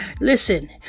Listen